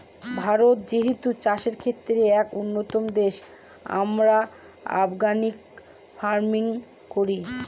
ভারত যেহেতু চাষের ক্ষেত্রে এক উন্নতম দেশ, আমরা অর্গানিক ফার্মিং ও করি